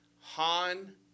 Han